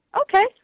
Okay